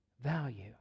value